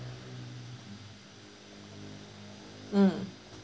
mm